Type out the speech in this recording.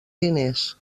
diners